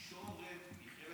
התקשורת היא חלק